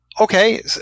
Okay